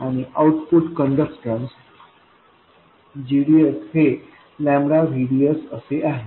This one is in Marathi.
आणि आऊटपुट कंडक्टन्स gds हे VDSअसे आहे